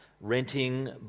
Renting